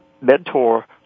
mentor